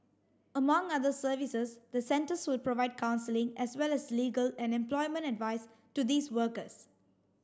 among other services the centres will provide counselling as well as legal and employment advice to these workers